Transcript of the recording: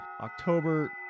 October